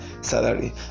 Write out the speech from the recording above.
salary